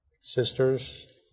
Sisters